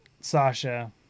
Sasha